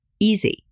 easy